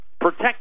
Protect